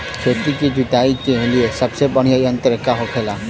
खेत की जुताई के लिए सबसे बढ़ियां यंत्र का होखेला?